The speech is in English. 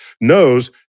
knows